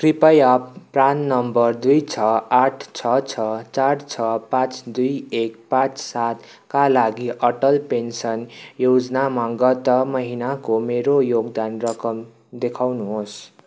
कृपया PRAN number दुई छ आठ छ छ चार छ पाँच दुई एक पाँच सातका लागि अटल पेन्सन योजनामा गत महिनाको मेरो योगदान रकम देखाउनु होस्